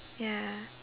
ya